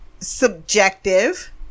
subjective